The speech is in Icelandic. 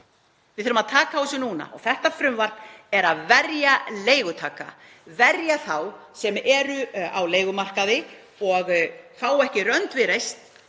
Við þurfum að taka á þessu núna. Þetta frumvarp er að verja leigutaka, verja þá sem eru á leigumarkaði og fá ekki rönd við reist